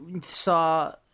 saw